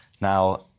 Now